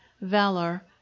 valor